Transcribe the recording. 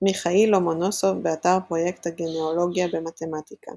מיכאיל לומונוסוב, באתר פרויקט הגנאלוגיה במתמטיקה